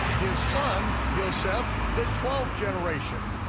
his son yoseph, the twelfth generation,